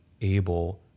able